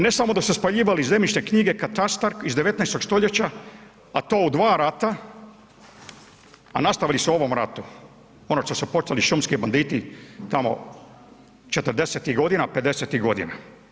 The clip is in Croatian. Ne samo da su spaljivali zemljišne knjige, katastar iz 19. st., a to u dva rata, a nastavili su u ovom ratu, ono što su počeli šumski banditi tamo 40-ih godina, 50-ih godina.